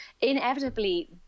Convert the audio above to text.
inevitably